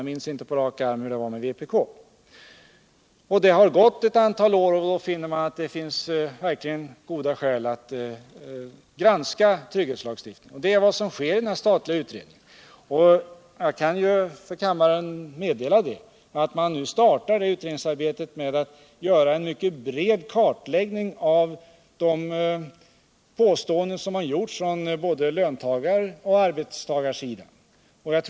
Jag minns inte på rak arm hur vpk ställde sig. Efter ett antal år finns det goda skäl att granska trygghetslagstiftningen, och det är vad denna statliga utredning gör. Jag kan meddela kammaren att utredningen startar med att göra en mycket bred kartläggning av de påståenden som gjorts både frän löntagarhåll och från arbetsgivarhåll.